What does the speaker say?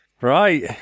Right